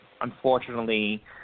unfortunately